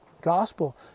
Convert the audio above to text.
gospel